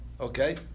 Okay